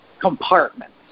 compartments